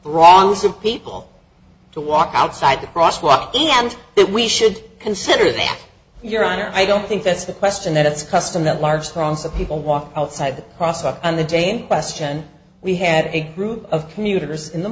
of people to walk outside the cross walk and that we should consider that your honor i don't think that's the question that it's a custom that large crowds of people walk outside the process on the day in question we had a group of commuters in the